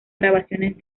grabaciones